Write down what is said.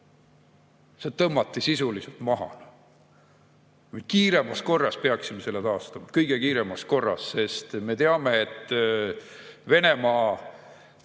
See tõmmati sisuliselt maha. Kiiremas korras peaksime selle taastama, kõige kiiremas korras. Sest me teame, et Venemaa